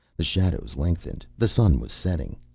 the shadows lengthened. the sun was setting.